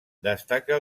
destaca